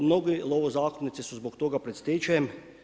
Mnogi lovozakupnici su zbog toga pred stečajem.